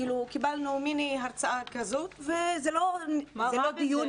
קבלנו מיני הרצאה בנושא וזה לא דיון